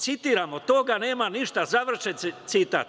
Citiram: „Od toga nema ništa“, završen citat.